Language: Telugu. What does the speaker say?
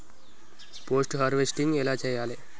పోస్ట్ హార్వెస్టింగ్ ఎలా చెయ్యాలే?